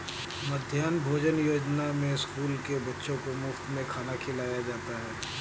मध्याह्न भोजन योजना में स्कूल के बच्चों को मुफत में खाना खिलाया जाता है